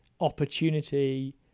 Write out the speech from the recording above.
opportunity